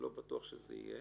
אבל לא בטוח שזה יהיה.